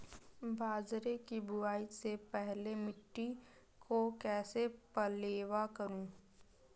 बाजरे की बुआई से पहले मिट्टी को कैसे पलेवा करूं?